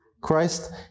Christ